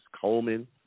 Coleman